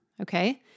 Okay